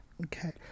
Okay